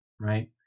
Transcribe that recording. right